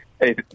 Hey